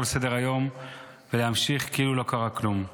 לסדר-היום ולהמשיך כאילו לא קרה כלום.